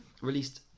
released